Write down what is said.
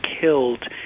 killed